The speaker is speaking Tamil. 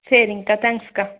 சரிங்கக்கா தேங்க்ஸ்க்கா